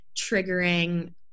triggering